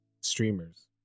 streamers